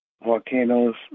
volcanoes